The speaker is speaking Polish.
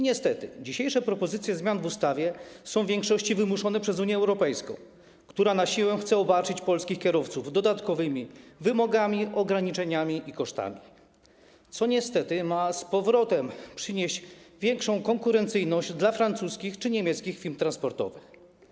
Niestety dzisiejsze propozycje zmian w ustawie są w większości wymuszone przez Unię Europejską, która na siłę chce obarczyć polskich kierowców dodatkowymi wymogami, ograniczeniami i kosztami, co niestety ma z powrotem przynieść większą konkurencyjność francuskim czy niemieckim firmom transportowym.